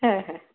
હા હા